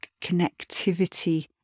connectivity